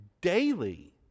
daily